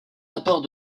rapport